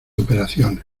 operaciones